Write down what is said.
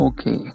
Okay